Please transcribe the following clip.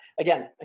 Again